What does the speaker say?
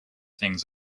things